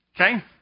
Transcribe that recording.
Okay